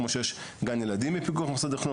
כמו שיש גן ילדים בפיקוח משרד החינוך,